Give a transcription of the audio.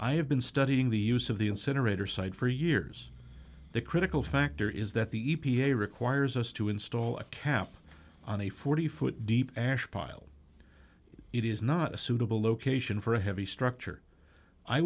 have been studying the use of the incinerator side for years the critical factor is that the e p a requires us to install a cap on a forty foot deep ash pile it is not a suitable location for a heavy structure i